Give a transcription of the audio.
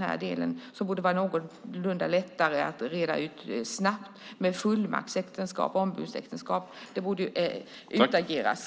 här delen borde vara någorlunda lätt att reda ut snabbt. Det handlar om fullmaktsäktenskap och ombudsäktenskap. Det borde utageras.